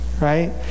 right